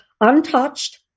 untouched